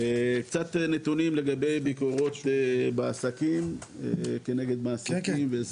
קצת נתונים לגבי ביקורות בעסקים כנגד מעסיקים,